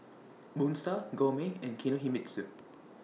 Moon STAR Gourmet and Kinohimitsu